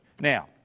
now